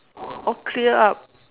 all clear up